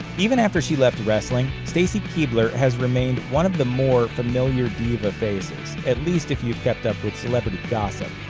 even after she left wrestling, stacy keibler has remained one of the more familiar diva faces, at least if you've kept up with celebrity gossip.